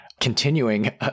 continuing